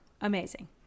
Amazing